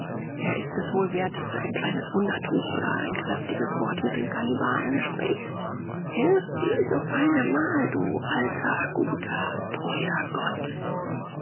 er ist es wohl wert daß du ein kleines wunder tust oder ein kräftiges wort mit den kannibalen sprichst hilf dieses eine mal du alter guter treuer gott